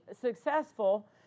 successful